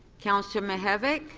councillor mihevc.